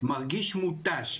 מרגיש מותש.